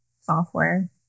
software